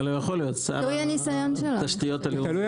אבל הוא יכול להיות שר התשתיות הלאומיות.